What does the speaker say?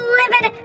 livid